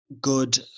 good